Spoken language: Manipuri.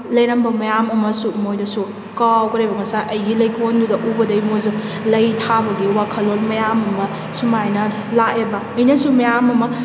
ꯂꯩꯔꯝꯕ ꯃꯌꯥꯝ ꯑꯃꯁꯨ ꯃꯣꯏꯗꯁꯨ ꯀꯥꯎꯈꯔꯦꯕ ꯉꯁꯥꯏ ꯑꯩꯒꯤ ꯂꯩꯀꯣꯟꯗꯨꯗ ꯎꯕꯗꯒꯤ ꯃꯣꯏꯁꯨ ꯂꯩ ꯊꯥꯕꯒꯤ ꯋꯥꯈꯜꯂꯣꯟ ꯃꯌꯥꯝꯑꯃ ꯁꯨꯃꯥꯏꯅ ꯂꯥꯛꯑꯦꯕ ꯑꯩꯅꯁꯨ ꯃꯌꯥꯝ ꯑꯃ